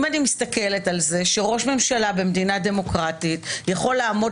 אם אני מסתכלת על זה שראש ממשלה במדינה דמוקרטית יכול לעמוד